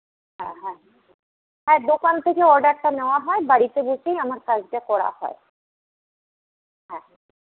হ্যাঁ হ্যাঁ হ্যাঁ দোকান থেকে অর্ডারটা নেওয়া হয় বাড়িতে বসেই আমার কাজটা করা হয় হ্যাঁ